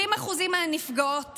70% מנפגעות